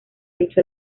dicho